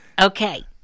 Okay